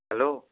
hello